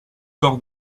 cor